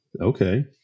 Okay